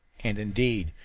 and, indeed,